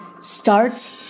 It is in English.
starts